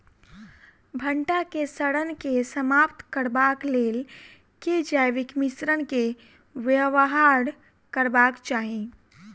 भंटा केँ सड़न केँ समाप्त करबाक लेल केँ जैविक मिश्रण केँ व्यवहार करबाक चाहि?